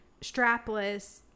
strapless